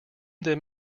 them